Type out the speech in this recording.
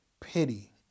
pity